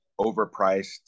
overpriced